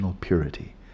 purity